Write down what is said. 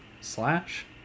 slash